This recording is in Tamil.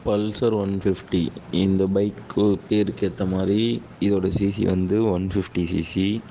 பல்சர் ஒன் ஃபிஃப்ட்டி இந்த பைக்கு பேருக்கு ஏற்ற மாதிரி இதோட சிசி வந்து ஒன் ஃபிஃப்ட்டி சிசி